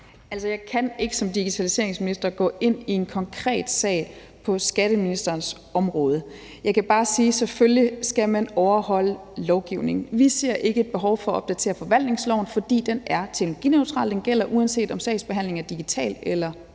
Jeg kan ikke som digitaliseringsminister gå ind i en konkret sag på skatteministerens område. Jeg kan bare sige, at selvfølgelig skal man overholde lovgivningen. Vi ser ikke et behov for at opdatere forvaltningsloven, fordi den er teknologineutral; den gælder, uanset om sagsbehandlingen er digital eller analog.